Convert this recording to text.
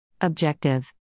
Objective